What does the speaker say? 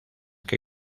que